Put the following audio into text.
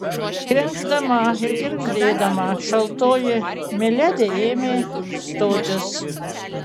krenkšdama ir girgždėdama šaltoji miledi ėmė stotis